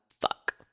fuck